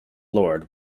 lord